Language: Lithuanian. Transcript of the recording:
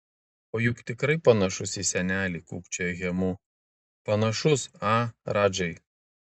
o juk tikrai panašus į senelį kūkčioja hemu panašus a radžai